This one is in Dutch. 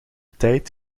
tijd